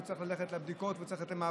והוא צריך ללכת לבדיקות ולמעבדה,